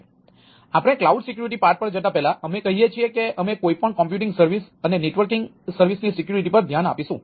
તેથી આપણે cloud security part પર જતા પહેલા અમે કહીએ છીએ કે અમે કોઈપણ કમ્પ્યુટિંગ સર્વિસ અને નેટવર્કિંગ સર્વિસની સિક્યુરિટી પર ધ્યાન આપીશું